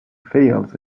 fails